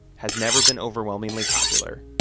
has never been overwhelmingly popular.